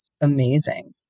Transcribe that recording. amazing